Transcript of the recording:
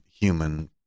human